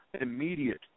immediate